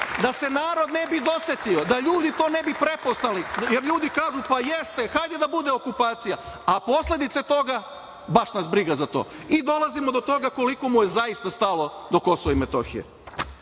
da se narod ne bi dosetio, da ljudi kao ne bi prepoznali, jer ljudi kažu – pa, jeste hajde da bude okupacija, a posledice toga, baš nas briga za to.16/2 SČ/JJDolazimo i do toga koliko mu je zaista stalo do Kosova i Metohije.